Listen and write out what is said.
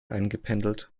eingependelt